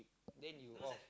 then you